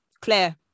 Claire